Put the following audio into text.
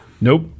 Nope